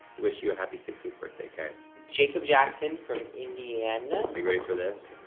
wish you a happy sixteenth birthday, okay. jacob jackson from indiana. are you ready for this?